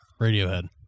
Radiohead